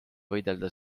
võidelda